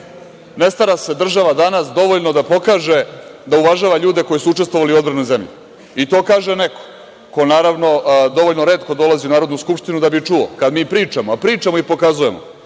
ne stara se država danas dovoljno da pokaže da uvažava ljude koji su učestvovali u odbrani zemlje. To kaže neko ko naravno dovoljno retko dolazi u Narodnu skupštinu da bi čuo kada mi pričamo, a pričamo i pokazujemo. Evo,